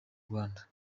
rwanda